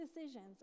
decisions